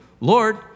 Lord